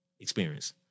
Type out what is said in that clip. experience